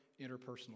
interpersonal